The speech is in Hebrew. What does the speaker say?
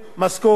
זאת אומרת,